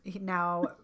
now